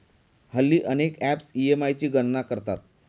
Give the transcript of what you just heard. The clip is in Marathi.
हल्ली अनेक ॲप्स ई.एम.आय ची गणना करतात